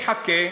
תחכה,